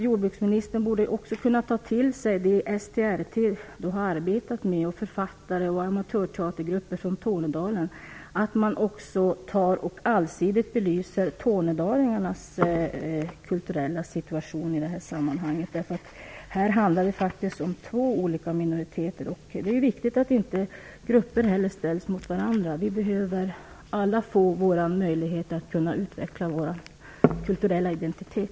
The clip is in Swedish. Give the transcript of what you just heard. Jordbruksministern borde kunna ta till sig det STRT har arbetat med, och författare och amatörteatergrupper från Tornedalen, så att man allsidigt belyser också tornadalingarnas kulturella situation i detta sammanhang. Här handlar det faktiskt om två olika minoriteter. Det är viktigt att grupper inte ställs mot varandra. Vi behöver alla få våra möjligheter att kunna utveckla vår kulturella identitet.